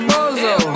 Bozo